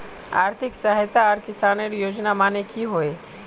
आर्थिक सहायता आर किसानेर योजना माने की होय?